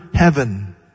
heaven